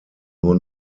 nur